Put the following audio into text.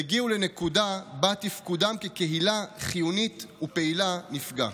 והגיעו לנקודה שבה תפקודם כקהילה חיונית ופעילה נפגע.